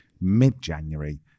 mid-January